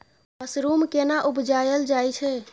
Mushroom केना उबजाबल जाय छै?